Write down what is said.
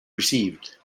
received